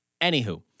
Anywho